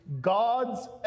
God's